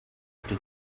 too